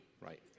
Right